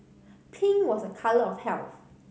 pink was a colour of health